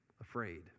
afraid